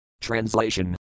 Translation